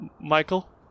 Michael